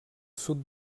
sud